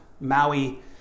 Maui